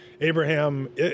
Abraham